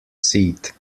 seat